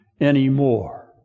anymore